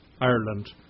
Ireland